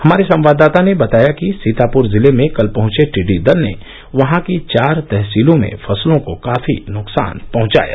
हमारे संवाददाता ने बताया कि सीतापुर जिले में कल पहंचे टिड्डी दल ने वहां की चार तहसीलों में फसलों को काफी नुकसान पहुंचाया